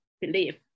believe